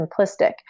simplistic